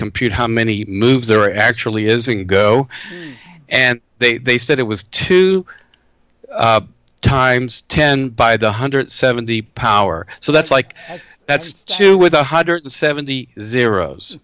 compute how many moves there actually is and go and they they said it was two times ten by one hundred and seventy power so that's like that's two with one hundred and seventy zero